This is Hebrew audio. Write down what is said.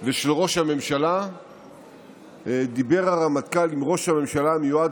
ושל ראש הממשלה דיבר הרמטכ"ל עם ראש הממשלה המיועד